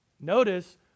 Notice